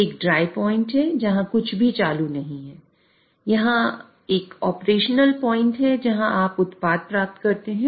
एक dry point में बहुत ही विरली घटनाएं हैं